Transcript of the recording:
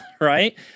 right